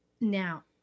now